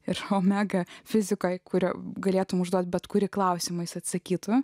ir omega fizikai kuria galėtumei užduoti bet kuri klausimais atsakytų